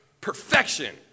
Perfection